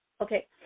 Okay